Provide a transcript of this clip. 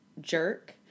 jerk